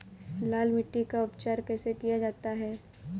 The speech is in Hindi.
लाल मिट्टी का उपचार कैसे किया जाता है?